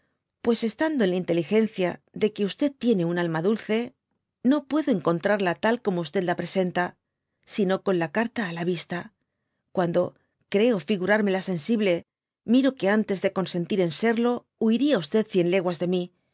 pues estando en lu inteligencia de que tiene un alma dulce no puedo encontrarla tal como la presenta sino xoo con la caru á k vista cuando creo figurármela sensible miro que antes de consentir en serlo huiría cien leguas de mi